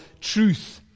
truth